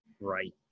right